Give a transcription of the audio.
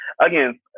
again